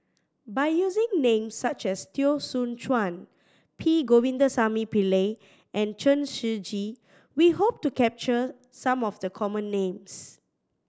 by using names such as Teo Soon Chuan P Govindasamy Pillai and Chen Shiji we hope to capture some of the common names